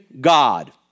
God